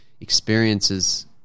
experiences